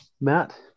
Matt